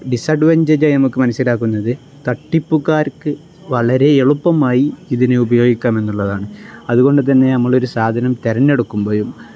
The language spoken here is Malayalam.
ഡിസ്അഡ്വൻ്റേജ് ആയി നമുക്ക് മനസ്സിലാക്കുന്നത് തട്ടിപ്പുക്കാർക്ക് വളരെ എളുപ്പമായി ഇതിനെ ഉപയോഗിക്കാമെന്നുള്ളതാണ് അതുകൊണ്ട് തന്നെ നമ്മൾ ഒ രു സാധനം തിരഞ്ഞെടുക്കുമ്പോഴും